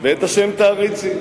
ואת השם תעריצי.